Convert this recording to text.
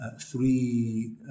Three